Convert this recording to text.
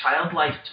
childlike